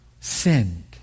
sinned